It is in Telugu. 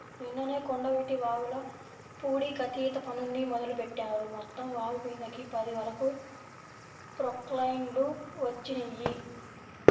నిన్ననే కొండవీటి వాగుల పూడికతీత పనుల్ని మొదలుబెట్టారు, మొత్తం వాగుమీదకి పది వరకు ప్రొక్లైన్లు వచ్చినియ్యి